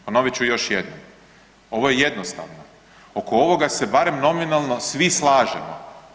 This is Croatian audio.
Ponovit ću još jednom, ovo je jednostavno, oko ovoga se barem nominalno svi slažemo.